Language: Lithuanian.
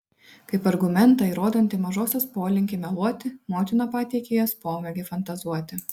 kaip argumentą įrodantį mažosios polinkį meluoti motina pateikė jos pomėgį fantazuoti